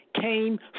came